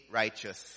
righteous